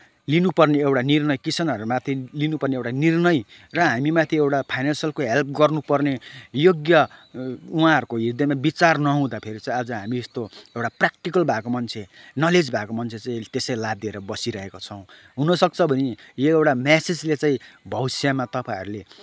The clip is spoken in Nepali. लिनुपर्ने एउटा निर्णय किसानहरूमाथि लिनुपर्ने एउटा निर्णय र हामीमाथि एउटा फाइनेनसियलको हेल्प गर्नपर्ने योग्य उहाँहरूको हृदयमा विचार नहुँदाखेरि चाहिँ आज हामी यस्तो एउटा प्राक्टिकल भएको मान्छे नलेज भएको मान्छे चाहिँ त्यसै लादिएर बसिरहेको छौँ हुनसक्छ भने यो एउटा म्यासेजले चाहिँ भविष्यमा तपाईँहरूले